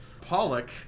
Pollock